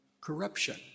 corruption